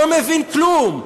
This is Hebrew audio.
לא מבין כלום.